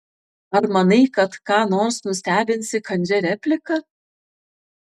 ar manai kad ką nors nustebinsi kandžia replika